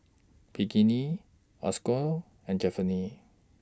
Pinkney and